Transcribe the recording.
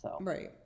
Right